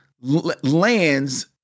lands